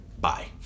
bye